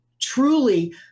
truly